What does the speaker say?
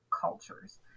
cultures